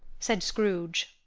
said scrooge.